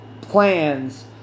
plans